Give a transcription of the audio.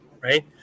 right